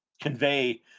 convey